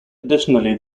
additionally